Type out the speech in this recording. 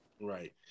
Right